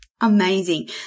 amazing